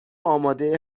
آماده